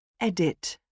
Edit